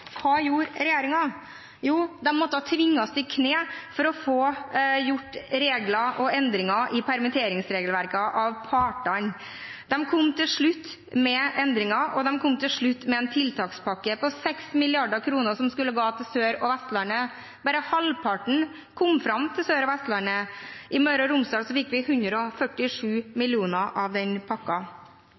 Hva gjorde regjeringen? Jo, den måtte tvinges i kne av partene for å få gjort endringer i regler og i permitteringsregelverket. De kom til slutt med endringer, og de kom med en tiltakspakke på 6 mrd. kr som skulle gå til Sør- og Vestlandet. Bare halvparten kom fram til Sør- og Vestlandet. I Møre og Romsdal fikk vi 147 mill. kr av den